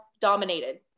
dominated